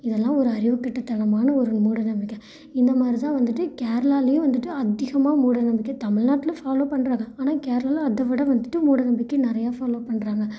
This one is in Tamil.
இதெல்லாம் ஒரு அறிவு கெட்டத்தனமான ஒரு மூடநம்பிக்கை இந்த மாதிரி தான் வந்துவிட்டு கேரளாவிலயும் வந்துவிட்டு அதிகமாக மூடநம்பிக்கை தமிழ்நாட்டில் ஃபாலோ பண்ணுறாங்க ஆனால் கேரளாவில் அதை விட வந்துவிட்டு மூடநம்பிக்கை நிறையா ஃபாலோ பண்ணுறாங்க